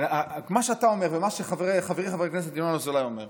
מה שאתה אומר ומה שחברי חבר הכנסת ינון אזולאי אומר,